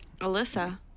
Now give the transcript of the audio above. Alyssa